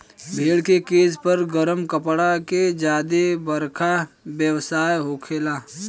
भेड़ के केश पर गरम कपड़ा के ज्यादे बरका व्यवसाय होखेला